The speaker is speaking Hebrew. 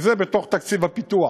כי זה בתוך תקציב הפיתוח.